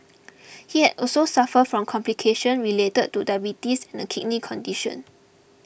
he had also suffered from complications related to diabetes and a kidney condition